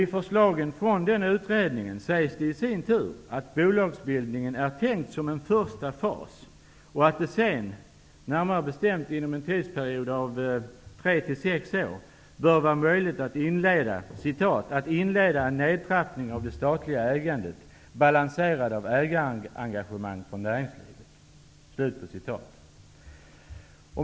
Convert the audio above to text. I förslagen från utredningen sägs i sin tur att bolagsbildningen är tänkt som en första fas och att det sedan, närmare bestämt inom en tidsperiod av tre till sex år, bör vara möjligt att ''inleda en nedtrappning av det statliga ägandet balanserad av ägarengagemang från näringslivet''.